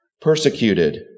persecuted